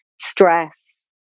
stress